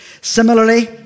Similarly